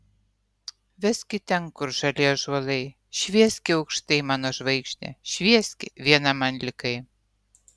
veski ten kur žali ąžuolai švieski aukštai mano žvaigžde švieski viena man likai